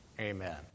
amen